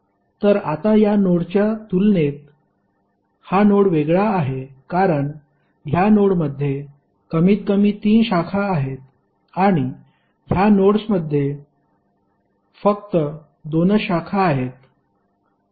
तर आता या नोडच्या तुलनेत हा नोड वेगळा आहे कारण ह्या नोडमध्ये कमीतकमी तीन शाखा आहेत आणि ह्या नोड्समध्ये फक्त दोनच शाखा आहेत